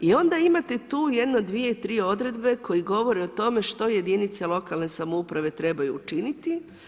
I onda imate tu jedno, jedno dvije, tri odredbe koji govori o tome što jedinice lokalne samouprave trebaju učiniti.